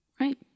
Right